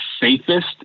safest